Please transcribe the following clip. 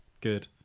good